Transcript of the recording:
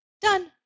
Done